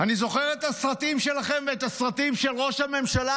אני זוכר את הסרטים שלכם ואת הסרטים של ראש הממשלה,